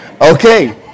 Okay